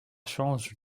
change